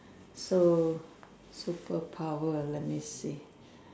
so superpower let me see